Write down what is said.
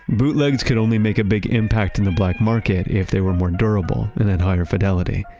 bootlegs could only make a big impact in the black market if they were more durable and had higher fidelity.